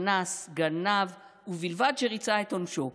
אנס, גנב, ובלבד שריצה את עונשו.